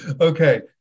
Okay